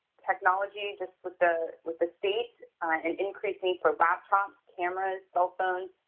technology just with the with the state, an increased need for laptops, cameras, cell phones,